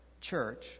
church